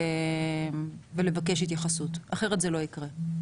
ולבקש התייחסות, אחרת זה לא יקרה.